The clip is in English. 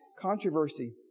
controversy